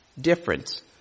difference